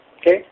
okay